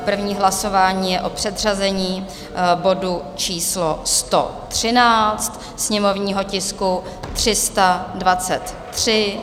První hlasování je o předřazení bodu číslo 113, sněmovního tisku 323.